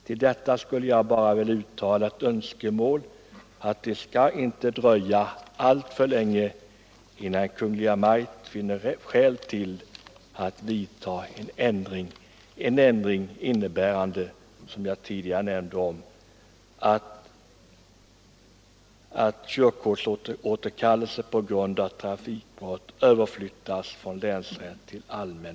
Till detta vill jag bara uttala önskemålet att det inte skall dröja alltför länge innan Kungl. Maj:t vidtar den ändring som trafikmålskommittén fann angelägen.